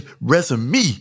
resume